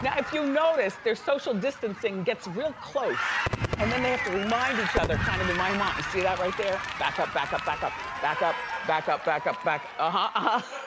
yeah if you notice their social distancing gets real close and then they have to remind each other, kind of in my mind, see that right there. backup, backup, backup, backup, backup, backup, back. ah-huh